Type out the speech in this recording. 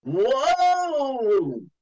Whoa